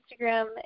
Instagram